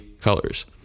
colors